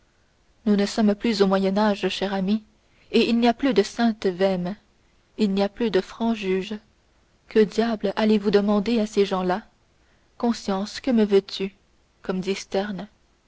nous ne sommes plus au moyen âge cher ami et il n'y a plus de sainte vehme il n'y a plus de francs juges que diable allez-vous demander à ces gens-là conscience que me veux-tu comme